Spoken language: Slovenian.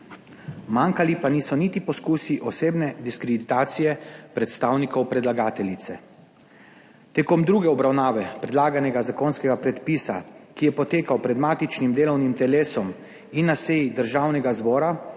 Manjkali pa niso niti poskusi osebne diskreditacije predstavnikov predlagateljice. Tekom druge obravnave predlaganega zakonskega predpisa, ki je potekal pred matičnim delovnim telesom in na seji Državnega zbora